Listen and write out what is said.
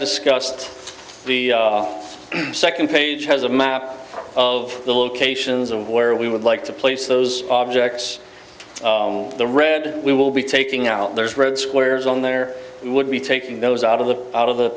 discussed the second page has a map of the locations of where we would like to place those objects the red we will be taking out those red squares on there would be taking those out of the out of the